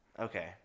Okay